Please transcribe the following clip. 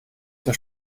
zur